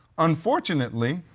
unfortunately,